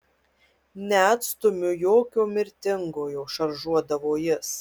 neatstumiu jokio mirtingojo šaržuodavo jis